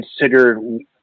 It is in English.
Considered